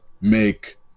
make